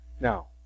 Now